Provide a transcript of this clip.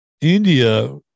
India